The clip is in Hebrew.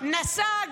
נסעה,